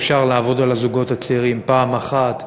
שאפשר לעבוד על הזוגות הצעירים פעם אחת,